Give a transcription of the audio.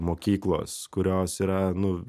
mokyklos kurios yra nu